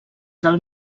del